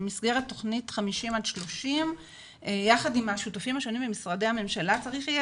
במסגרת תכנית 50-30 יחד עם השותפים השונים במשרדי הממשלה צריך יהיה